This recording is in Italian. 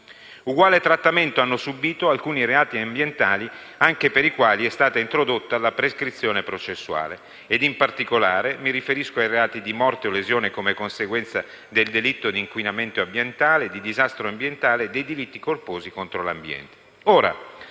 Uguale trattamento hanno subito alcuni reati ambientali, anche per i quali è stata introdotta la prescrizione processuale. In particolare, mi riferisco ai reati di «morte o lesioni come conseguenza del delitto di inquinamento ambientale», di «disastro ambientale» e «delitti colposi contro l'ambiente».